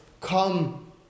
come